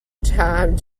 time